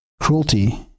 Cruelty